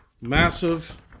massive